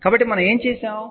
కాబట్టి మనం ఏమి చేసాము